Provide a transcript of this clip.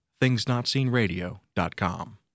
thingsnotseenradio.com